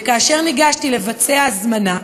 כאשר ניגשתי לבצע הזמנה,